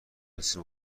جنسی